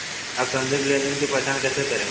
आप संदिग्ध लेनदेन की पहचान कैसे करेंगे?